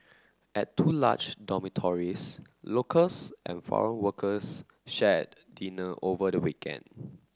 at two large dormitories locals and foreign workers shared dinner over the weekend